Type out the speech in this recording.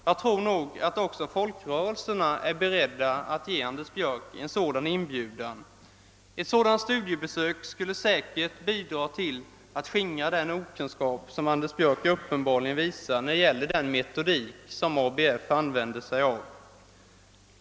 Jag tror att även folkrörelserna är beredda att ge herr Björck en sådan inbjudan. Ett sådant studiebesök skulle säkert bidra till att skingra den brist på kunskap som herr Björck klart visar när det gäller den metodik som ABF använder.